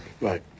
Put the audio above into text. Right